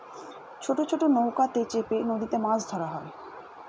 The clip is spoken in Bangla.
ছোট ছোট নৌকাতে চেপে নদীতে মাছ ধরা হয়